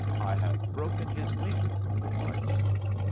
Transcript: i have broken his wing, replied the youth.